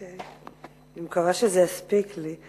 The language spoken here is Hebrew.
אני מקווה שזה יספיק לי.